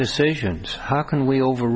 decisions how can we over